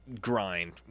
grind